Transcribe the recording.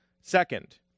Second